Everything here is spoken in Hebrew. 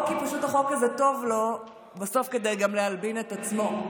או כי החוק הזה פשוט טוב לו בסוף כדי להלבין גם את עצמו.